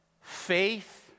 Faith